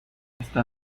esta